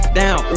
down